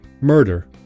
murder